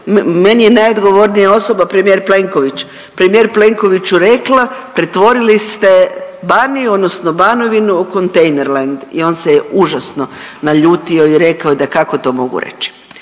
meni je najodgovornija premijer Plenković, premijer Plenkoviću rekla, pretvorili ste Baniju odnosno Banovinu u kontejnerland i on se je užasno naljutio i rekao je da kako to mogu reći.